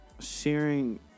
Sharing